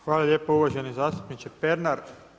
Hvala lijepo uvaženi zastupniče Pernar.